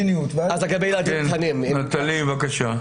נטלי, בבקשה.